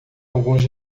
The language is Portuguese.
alguns